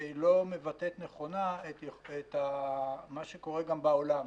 לא מבטאת נכונה את מה שקורה גם בעולם.